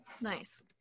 nice